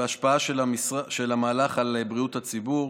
ולהשפעה של המהלך על בריאות הציבור.